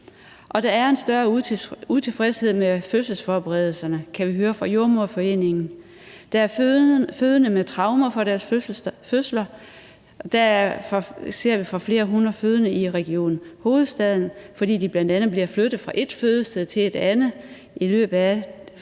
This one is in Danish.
Der er en større utilfredshed med fødselsforberedelserne, kan vi høre fra Jordemoderforeningen. Der er fødende med traumer fra deres fødsler, hører vi fra flere hundrede fødende i Region Hovedstaden, fordi de bl.a. bliver flyttet fra ét fødested til et andet i løbet af fødslen.